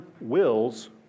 wills